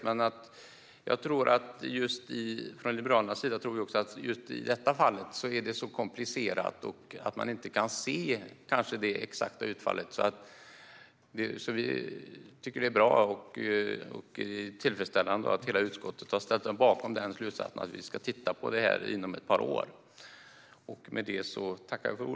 Men från Liberalernas sida tror vi att det i detta fall är så komplicerat att man kanske inte kan se det exakta utfallet, så vi tycker att det är bra och tillfredsställande att hela utskottet har ställt sig bakom slutsatsen att vi ska titta på detta inom ett par år.